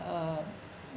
uh